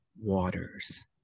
waters